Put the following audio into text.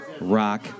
rock